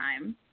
time